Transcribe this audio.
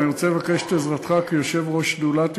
אבל אני רוצה לבקש את עזרתך כיושב-ראש שדולת ירושלים.